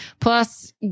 plus